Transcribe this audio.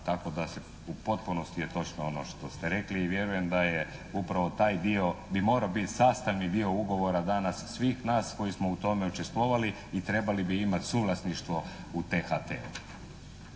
Tako da je u potpunosti točno ono što ste rekli i vjerujem da je upravo taj dio bi morao biti sastavni dio ugovora danas svih nas koji smo u tome učestvovali i trebali imati suvlasništvo u THT-u.